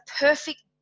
perfect